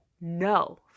no